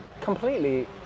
completely